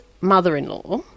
mother-in-law